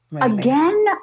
Again